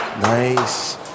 Nice